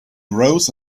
rose